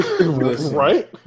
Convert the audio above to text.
right